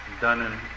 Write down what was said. done